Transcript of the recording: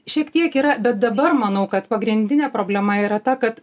šiek tiek yra bet dabar manau kad pagrindinė problema yra ta kad